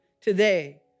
today